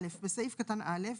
בסעיף קטן (א),